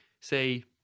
say